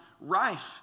rife